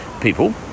people